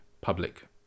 public